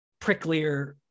pricklier